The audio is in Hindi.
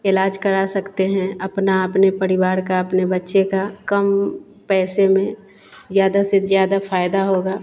इलाज करा सकते हैं अपना अपने परिवार का अपने बच्चे का कम पैसे में ज़्यादा से ज़्यादा फायदा होगा